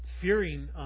fearing